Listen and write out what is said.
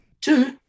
two